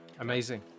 Amazing